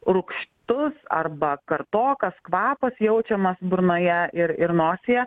rūgštus arba kartokas kvapas jaučiamas burnoje ir ir nosyje